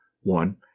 One